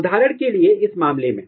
उदाहरण के लिए इस विशेष मामले में